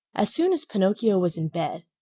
as soon as pinocchio was in bed,